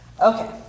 Okay